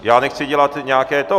Já nechci dělat nějaké to.